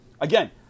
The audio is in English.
Again